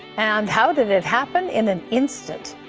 and how did it happen in an instant?